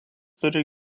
turi